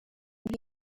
muri